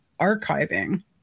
archiving